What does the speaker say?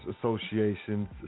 Association's